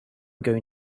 going